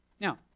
Now